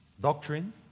doctrine